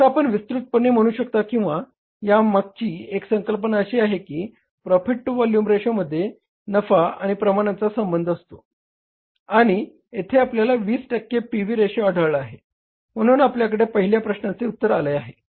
तर आपण विस्तृतपणे म्हणू शकता किंवा या मागची एक संकल्पना अशी आहे की प्रॉफिट टू व्हॉल्युम रेशोमध्ये नफा आणि प्रमाणाचा संबंध असतो आणि येथे आपल्याला 20 टक्के पी व्ही रेशो आढळले आहे म्हणून आपल्याकडे पहिल्या प्रश्नाचे उत्तर आले आहे